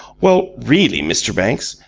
well, really, mr. banks,